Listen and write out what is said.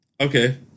okay